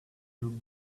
you